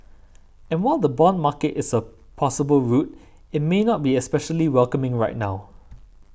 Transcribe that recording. and while the bond market is a possible route it may not be especially welcoming right now